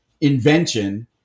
invention